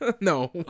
No